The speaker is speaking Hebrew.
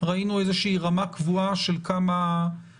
ראינו איזושהי רמה קבועה של מספר